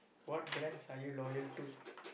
what brands are you loyal to